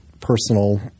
personal